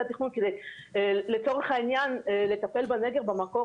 התכנון כדי לצורך העניין לטפל בנגר במקור,